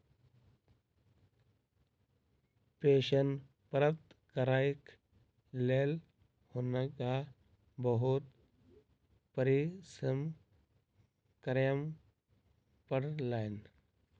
pension प्राप्त करैक लेल हुनका बहुत परिश्रम करय पड़लैन